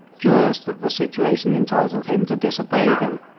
joyous that the situation entitled him to disobey them,